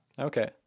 Okay